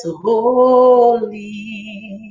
holy